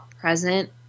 present